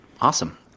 Awesome